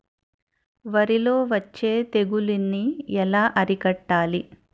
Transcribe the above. వరిలో వచ్చే తెగులని ఏలా అరికట్టాలి?